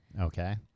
okay